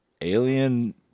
Alien